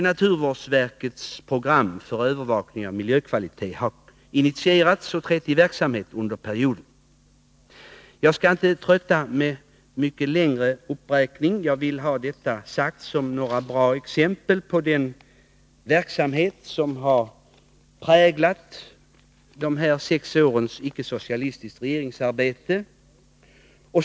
Naturvårdsverkets program för övervakning av miljökvalitet har initierats och trätt i verksamhet under perioden. Jag skall inte trötta med någon mycket längre uppräkning, men jag vill ha detta sagt såsom bra exempel på den verksamhet som har präglat de här sex åren av icke-socialistiskt regeringsarbete.